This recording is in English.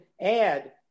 add